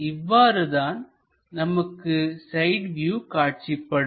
இவ்வாறு தான் நமக்கு சைடு வியூ காட்சிப்படும்